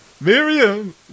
Miriam